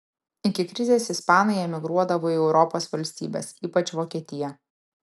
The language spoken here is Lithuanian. iki krizės ispanai emigruodavo į europos valstybes ypač vokietiją